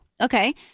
Okay